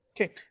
Okay